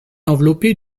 enveloppée